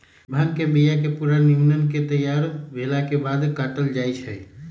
भांग के बिया के पूरा निम्मन से तैयार भेलाके बाद काटल जाइ छै